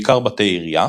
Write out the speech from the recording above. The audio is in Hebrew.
בעיקר בתי עירייה,